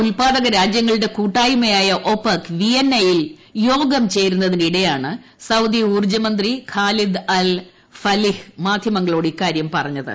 ഉൽപ്പാദക രാജ്യങ്ങളുടെ കൂട്ടായ്മയായ എണ്ണ വിയന്നയിൽ യോഗം ചേരുന്നതിനിടെയാണ് ഒപെക് ഊൌർജ്ജമന്ത്രി സൌദി ഖാലിദ് അല് ഫലിഹ് മാധ്യമങ്ങളോട് ഇക്കാര്യം പറഞ്ഞത്